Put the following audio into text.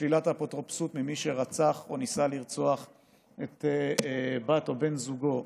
לשלילת אפוטרופסות ממי שרצח או ניסה לרצוח את בת או בן זוגו,